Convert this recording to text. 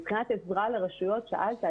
מבחינת עזרה לרשויות שאלת,